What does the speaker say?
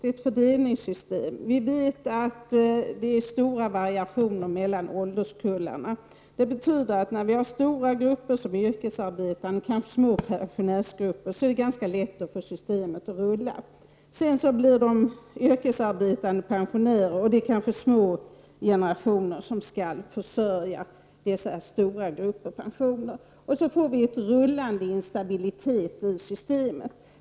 Det är ett fördelningssystem. Vi vet att det är stora variationer mellan ålderskullarna. Det betyder att det, när vi har stora grupper som är yrkesarbetande och kanske små pensionärsgrupper, är ganska lätt att få systemet att rulla. Sedan blir de yrkesarbetande pensionärer och det kanske är små generationer som skall försörja dessa stora pensionärsgrupper. Vi får en rullande instabilitet i systemet.